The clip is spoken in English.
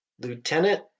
Lieutenant